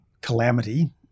calamity